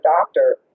doctor